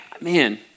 man